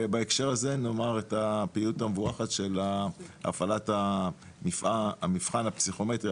ובהקשר הזה נאמר את הפעילות המבורכת של הפעלת המבחן הפסיכומטרי,